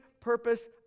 purpose